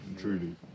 Truly